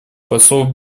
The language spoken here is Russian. посол